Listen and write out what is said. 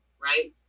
right